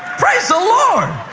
praise the lord.